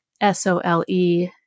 S-O-L-E